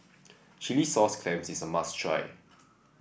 Chilli Sauce Clams is a must try